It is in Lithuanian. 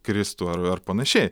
kristų ar ar panašiai